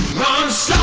was